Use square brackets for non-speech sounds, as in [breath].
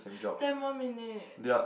[breath] ten more minutes [noise]